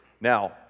Now